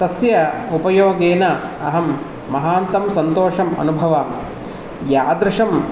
तस्य उपयोगेन अहं महान्तं सन्तोषम् अनुभवामि यादृशं